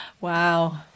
Wow